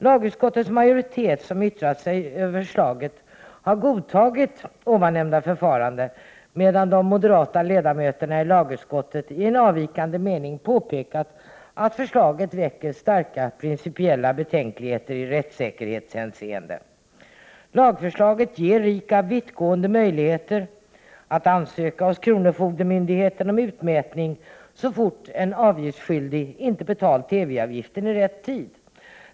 Lagutskottet har yttrat sig över förslaget och en majoritet i lagutskottet har godtagit ovannämnda förfarande, medan de moderata ledamöterna i lagutskottet har avgett en avvikande mening med påpekandet att förslaget framkallar starka principiella betänkligheter i rättssäkerhetshänseende. Lagförslaget ger RIKAB vittgående möjligheter att ansöka hos kronofogdemyndigheten om utmätning så fort en avgiftsskyldig inte har betalat TV-avgiften i rätt tid.